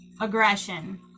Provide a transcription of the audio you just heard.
aggression